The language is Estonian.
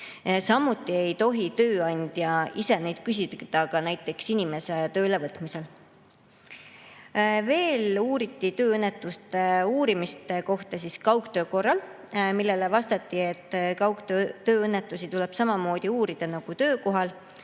Samuti ei tohi tööandja ise nende kohta küsida näiteks inimese töölevõtmisel. Veel uuriti tööõnnetuste uurimise kohta kaugtöö korral, millele vastati, et kaugtööl toimunud tööõnnetusi tuleb samamoodi uurida nagu töökohal